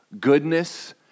goodness